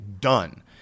done